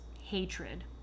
hatred